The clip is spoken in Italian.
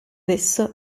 esso